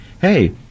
Hey